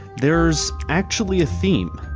there's actually a theme.